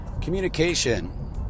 communication